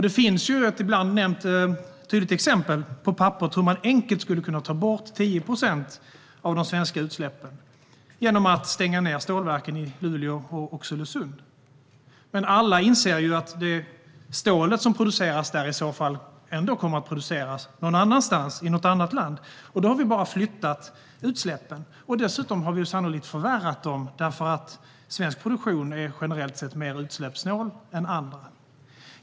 Det finns ett tydligt exempel som nämns ibland på hur man på papperet enkelt skulle kunna ta bort 10 procent av de svenska utsläppen, nämligen genom att stänga ned stålverken i Luleå och Oxelösund. Men alla inser att det stål som produceras där ändå kommer att produceras men någon annanstans i något annat land, och då har vi bara flyttat utsläppen. Dessutom skulle vi sannolikt förvärra dem eftersom svensk produktion generellt sett är mer utsläppssnål än andra.